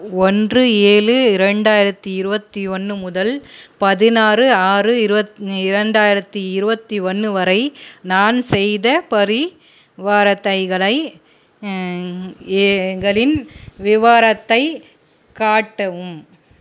ஒன்று ஏழு இரண்டாயிரத்து இருபத்தொன்னு முதல் பதினாறு ஆறு இருபத் இரண்டாயிரத்து இருபத்தொன்னு வரை நான் செய்த பரிவர்த்தைகளை எங்களின் விவரத்தை காட்டவும்